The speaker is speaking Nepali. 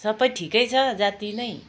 सबै ठिकै छ जाती नै